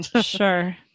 Sure